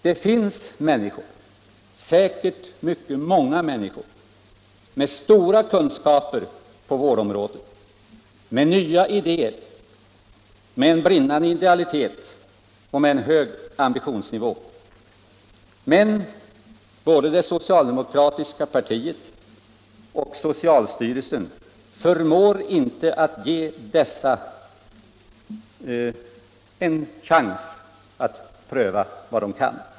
Det finns människor —- säkert många människor — med stora kunskaper på vårdområdet, med nya ideer, med en brinnande idealitet och med en hög ambitionsnivå. Men både det socialdemokratiska partiet och socialstyrelsen förmår inte ge dessa en chans att pröva vad de kan.